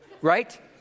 Right